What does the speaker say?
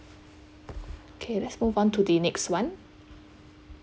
okay let's move on to the next one